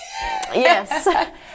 yes